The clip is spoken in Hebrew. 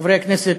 חברי הכנסת,